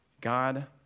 God